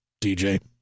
DJ